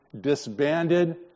disbanded